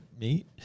meat